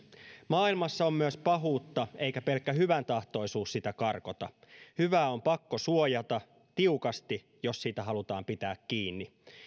maailmassa on myös pahuutta eikä pelkkä hyväntahtoisuus sitä karkota hyvää on pakko suojata tiukasti jos siitä halutaan pitää kiinni